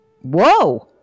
Whoa